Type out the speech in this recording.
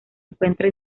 encuentra